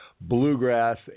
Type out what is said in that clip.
bluegrass